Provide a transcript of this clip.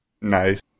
Nice